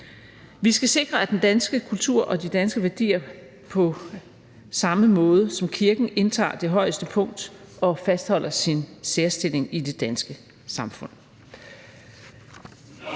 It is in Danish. Vi skal sikre, at den danske kultur og de danske værdier på samme måde som kirken indtager det højeste punkt og fastholder sin særstilling i det danske samfund.